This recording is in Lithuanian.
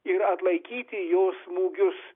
ir atlaikyti jo smūgius